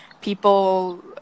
people